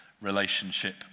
relationship